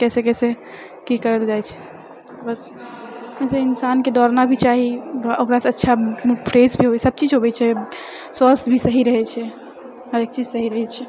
कैसे कैसे की करल जाइ छै बस इन्सानके दौड़ना भी चाही ओकरासँ अच्छा मूड फ्रेश भी होइ सभचीज होबे छै स्वास्थ भी सही रहै छै हरेक चीज सही रहै छै